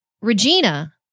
Regina